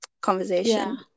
conversation